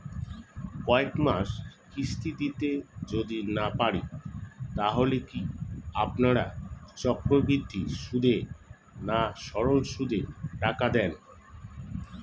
কয়েক মাস কিস্তি দিতে যদি না পারি তাহলে কি আপনারা চক্রবৃদ্ধি সুদে না সরল সুদে টাকা দেন?